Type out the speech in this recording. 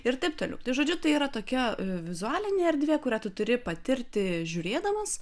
ir taip toliau žodžiu tai yra tokia vizualinė erdvė kurią tu turi patirti žiūrėdamas